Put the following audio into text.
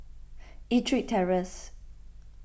Ettrick Terrace